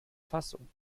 fassung